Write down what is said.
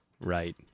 right